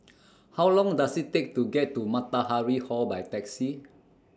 How Long Does IT Take to get to Matahari Hall By Taxi